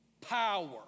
power